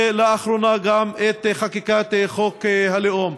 ולאחרונה גם את חקיקת חוק הלאום.